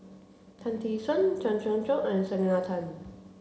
Tan Tee Suan Chen Sucheng and Selena Tan